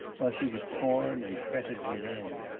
while she was torn, and fretted within.